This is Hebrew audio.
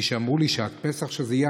ואמרו לי שעד פסח זה יהיה,